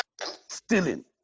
stealing